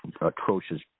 atrocious